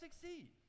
succeed